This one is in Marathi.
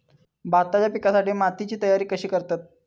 भाताच्या पिकासाठी मातीची तयारी कशी करतत?